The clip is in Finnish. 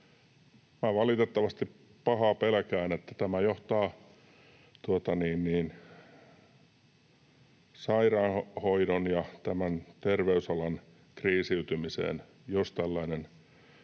valitettavasti pahaa pelkään, että tämä johtaa sairaanhoidon ja tämän terveysalan kriisiytymiseen,